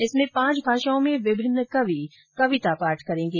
इसमें पांच भाषाओं में विभिन्न कवि कविता पाठ करेंगे